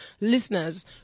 listeners